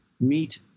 meet